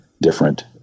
different